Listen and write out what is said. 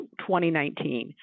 2019